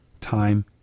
time